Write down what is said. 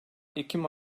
ekim